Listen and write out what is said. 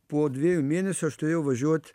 po dviejų mėnesių aš turėjau važiuot